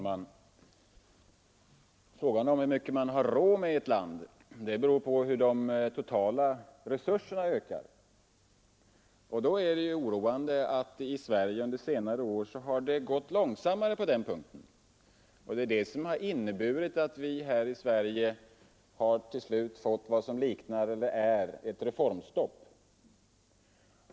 Fru talman! Hur mycket man har råd med i ett land beror på hur mycket de totala resurserna ökar. Det är därför oroande att den ökningen i Sverige under senare år gått långsammare än i jämförbara länder. Det har varit orsaken till att vi i Sverige till slut fått ett reformstopp.